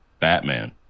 Batman